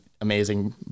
amazing